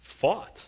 fought